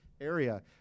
area